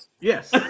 Yes